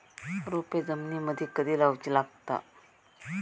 रोपे जमिनीमदि कधी लाऊची लागता?